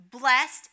Blessed